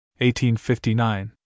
1859